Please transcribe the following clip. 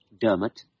Dermot